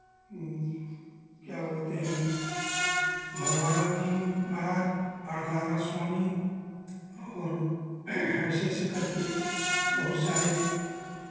क्या बोलते हैं भगवानन्द जी माहराज स्वामी और ऐसे ऐसे करके बहुत सारे